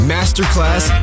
Masterclass